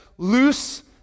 Loose